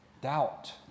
doubt